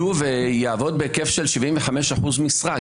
75% משרה,